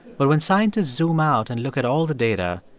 but when scientists zoom out and look at all the data,